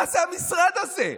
מה זה המשרד הזה?